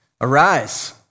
Arise